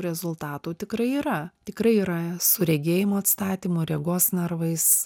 rezultatų tikrai yra tikrai yra su regėjimo atstatymu regos nervais